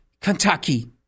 Kentucky